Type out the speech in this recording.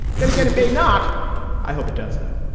then again it may not i hope it does though